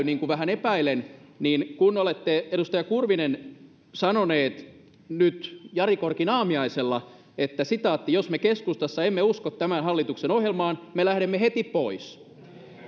niin kuin vähän epäilen niin kun olette edustaja kurvinen sanonut nyt jari korkin aamiaisella että jos me keskustassa emme usko tämän hallituksen ohjelmaan me lähdemme heti pois